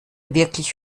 wirklich